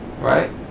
right